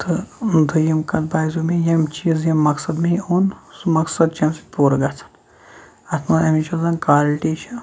تہٕ دوٚیِم کَتھ باسیٚو مےٚ یمہِ چیٖزٕ یہِ مَقصَد مےٚ یہِ اوٚن سُہ مَقصَد چھُ امہِ سۭتۍ پوٗرٕ گَژھان اتھ أمِچ یۄس زَن کالٹی چھِ